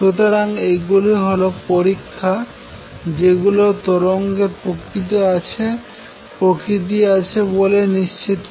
সুতরাং এইগুলি হল পরীক্ষা যেগুলি তরঙ্গের প্রকৃতি আছে বলে নিশ্চিত করে